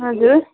हजुर